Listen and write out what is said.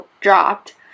dropped